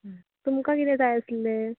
तुमका कितें जाय आसलें